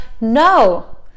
no